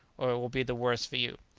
or it will be the worse for you.